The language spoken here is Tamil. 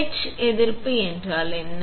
எட்ச் எதிர்ப்பு என்றால் என்ன